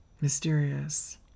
mysterious